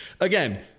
again